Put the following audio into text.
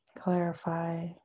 clarify